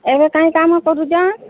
ଏବେ କାଇଁ କାମ କରୁଛ